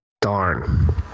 darn